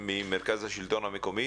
ממרכז השלטון המקומי